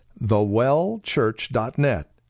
thewellchurch.net